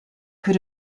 could